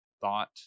thought